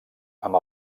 amb